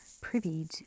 privy